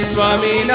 Swami